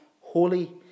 holy